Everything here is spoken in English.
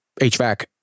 HVAC